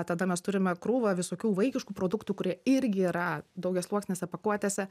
tada mes turime krūvą visokių vaikiškų produktų kurie irgi yra daugiasluoksnėse pakuotėse